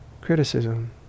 criticism